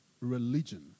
religion